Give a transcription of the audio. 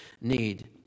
need